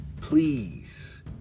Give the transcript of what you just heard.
please